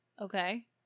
Okay